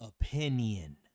opinion